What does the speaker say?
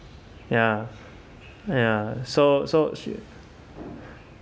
ya ya so so she